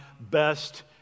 best